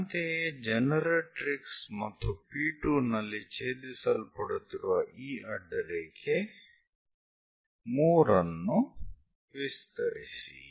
ಅಂತೆಯೇ ಜನರೇಟರಿಕ್ಸ್ ಮತ್ತು P2 ನಲ್ಲಿ ಛೇದಿಸಲ್ಪಡುತ್ತಿರುವ ಈ ಅಡ್ಡರೇಖೆ 3 ಅನ್ನು ವಿಸ್ತರಿಸಿ